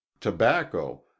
tobacco